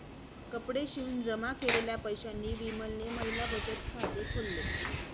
कपडे शिवून जमा केलेल्या पैशांनी विमलने महिला बचत खाते खोल्ल